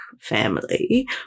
family